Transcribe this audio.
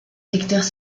détecteurs